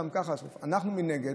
גם ככה אנחנו נגד.